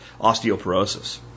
osteoporosis